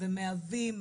ומהווים